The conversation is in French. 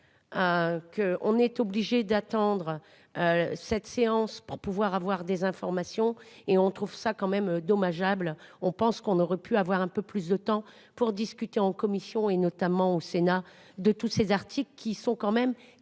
est obligé d'attendre. Cette séance pour pouvoir avoir des informations et on trouve ça quand même dommageable, on pense qu'on aurait pu avoir un peu plus de temps pour discuter en commission et notamment au Sénat de tous ces articles qui sont quand même qui